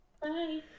Bye